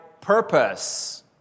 purpose